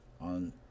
on